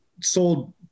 sold